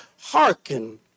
hearken